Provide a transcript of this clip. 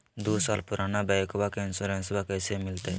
दू साल पुराना बाइकबा के इंसोरेंसबा कैसे मिलते?